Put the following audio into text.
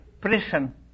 prison